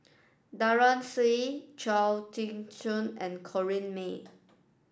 Daren Shiau Chia Tee Chiak and Corrinne May